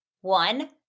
one